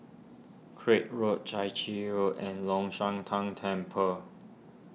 Craig Road Chai Chee Road and Long Shan Tang Temple